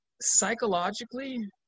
Psychologically